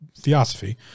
theosophy